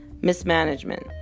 mismanagement